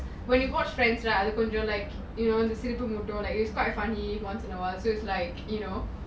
when you watched friends lah அது கொஞ்சம்:athu konjam like you know சிரிப்பு முயூட்டும்:siripu muutum it was quite funny once in a while so it's like you know